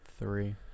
Three